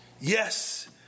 Yes